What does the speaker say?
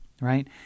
right